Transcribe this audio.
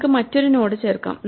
നമുക്ക് മറ്റൊരു നോഡ് ചേർക്കാം